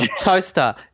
toaster